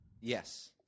Yes